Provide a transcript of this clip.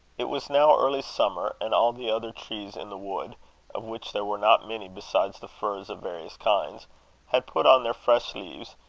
it was now early summer, and all the other trees in the wood of which there were not many besides the firs of various kinds had put on their fresh leaves,